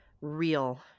real